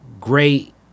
great